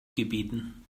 gebeten